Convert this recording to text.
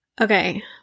Okay